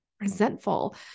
resentful